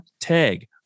tag